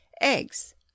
eggs